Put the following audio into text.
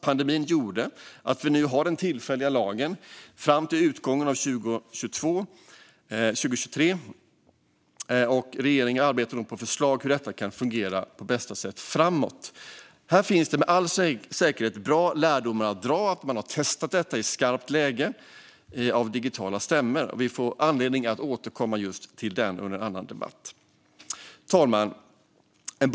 Pandemin gjorde att vi nu har den tillfälliga lagen fram till utgången av 2023, och regeringen arbetar nu på förslag om hur detta kan fungera på bästa sätt framåt. Här finns det med all säkerhet bra lärdomar att dra av att man har testat digitala stämmor i skarpt läge. Vi får anledning att återkomma just till detta i en annan debatt. Herr talman!